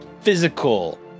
physical